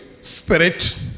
spirit